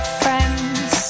friends